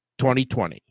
2020